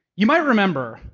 you might remember,